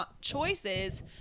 choices